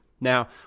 Now